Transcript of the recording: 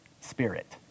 Spirit